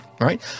right